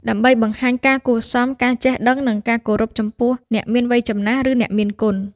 ដើម្បីបង្ហាញការគួរសម ការចេះដឹង និងការគោរពចំពោះអ្នកមានវ័យចំណាស់ ឬអ្នកមានគុណ។